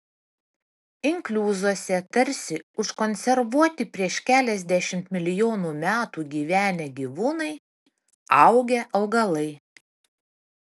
inkliuzuose tarsi užkonservuoti prieš keliasdešimt milijonų metų gyvenę gyvūnai augę augalai